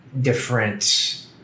different